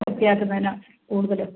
വൃത്തിയാക്കുന്നതിന് കൂടുതൽ